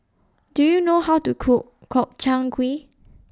Do YOU know How to Cook Gobchang Gui